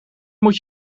moet